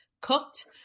cooked